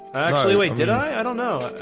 did i i don't know.